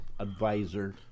advisor